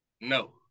No